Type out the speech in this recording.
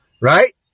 right